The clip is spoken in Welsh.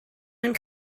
mewn